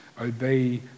obey